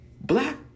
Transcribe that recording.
Black